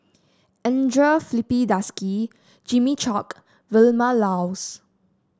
Andre Filipe Desker Jimmy Chok Vilma Laus